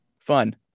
Fun